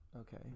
okay